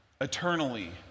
eternally